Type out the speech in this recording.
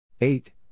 eight